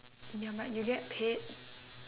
ya but you get paid